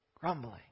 grumbling